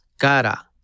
Cara